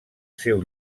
seu